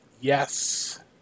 yes